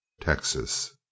Texas